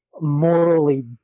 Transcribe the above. morally